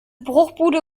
bruchbude